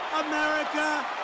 America